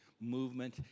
movement